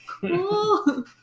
cool